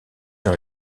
dans